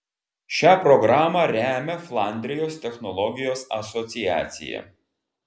šią programą remia flandrijos technologijos asociacija